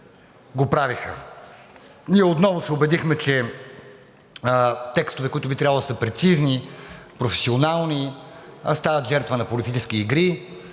Ние отново се убедихме, че текстове, които би трябвало да са прецизни, професионални, стават жертва на политически игри.